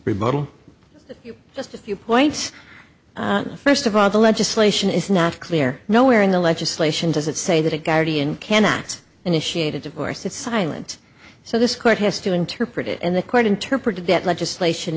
rebuttal just a few points first of all the legislation is not clear nowhere in the legislation does it say that a guardian cannot initiate a divorce it's silent so this court has to interpret it and the court interpreted that legislation